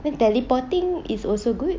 then teleporting is also good